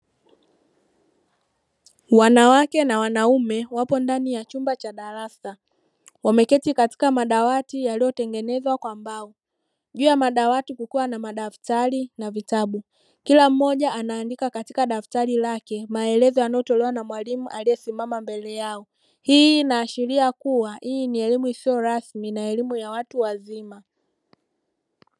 Wanawake na wanaume wapo ndani ya chumba cha darasa wameketi katika madawati yaliyotengenezwa kwa mbao juu ya madawati kukiwa na madaftari na vitabu kila mmoja anaandika katika daftari lake maelezo yanayotolewa na mwalimu aliyesimama mbele yao hii inaashiria kuwa hii ni elimu isiyo rasmi na elimu ya watu wazima.